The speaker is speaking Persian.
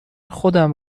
خودم